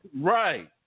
right